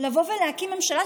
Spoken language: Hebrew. לבוא ולהקים ממשלה?